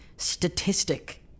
statistic